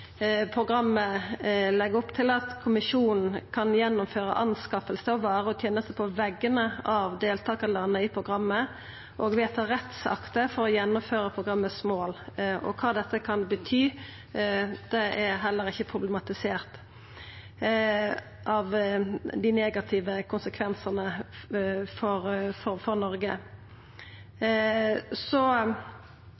programmet legg opp til at Kommisjonen kan gjennomføra anskaffingar av varer og tenester på vegner av deltakarlanda i programmet og vedta rettsakter for å gjennomføra programmets mål. Kva dette kan bety av negative konsekvensar for Noreg, er heller ikkje problematisert. Så er det òg eit veldig viktig poeng for